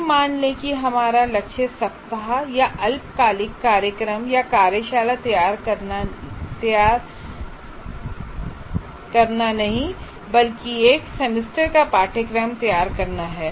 अभी मान लें कि हमारा लक्ष्य सप्ताह या अल्पकालिक कार्यक्रम या कार्यशाला तैयार नहीं बल्कि एक सेमेस्टर का पाठ्यक्रम तैयार करना है